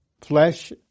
flesh